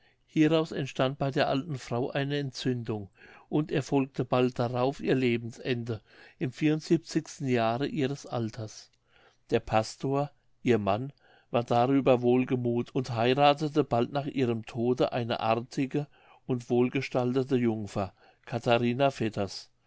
hieraus entstand bei der alten frau eine entzündung und erfolgte bald darauf ihr lebensende im vier und siebenzigsten jahre ihres alters der pastor ihr mann war darüber wohlgemuth und heirathete bald nach ihrem tode eine artige und wohlgestaltete jungfer